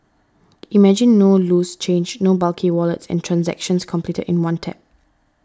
imagine no loose change no bulky wallets and transactions completed in one tap